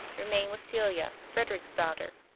remained with celia, frederick's daughter,